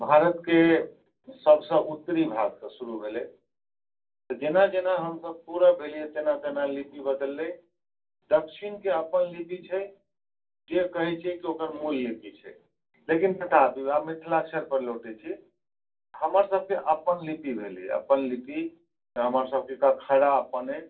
भारतके सबसँ उत्तरी भागसँ शुरू भेलै जेना जेना हमसब पूरब भेलिए तेना तेना लिपि बदललै दच्छिनके अपन लिपि छै जे कहै छिए कि ओकर मूल लिपि छै लेकिन तथापि वएह मिथिलाक्षरपर लौटै छी हमरसबके अपन लिपि भेलै अपन लिपि तऽ हमरसबके कखरा अपन अइ